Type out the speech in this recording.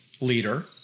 leader